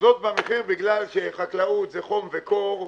התנודות במחיר בגלל שחקלאות זה חום וקור,